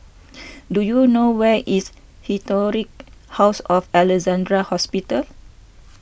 do you know where is Historic House of Alexandra Hospital